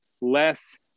less